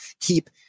keep